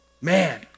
Man